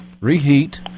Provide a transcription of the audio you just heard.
reheat